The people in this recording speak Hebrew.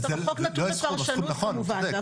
החוק נתון לפרשנות כמובן,